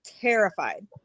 terrified